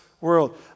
world